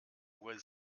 uhr